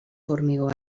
formigó